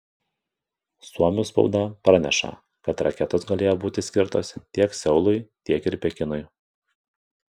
suomių spauda praneša kad raketos galėjo būti skirtos tiek seului tiek ir pekinui